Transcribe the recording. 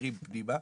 אחרים פנימה,